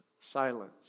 silence